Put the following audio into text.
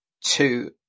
two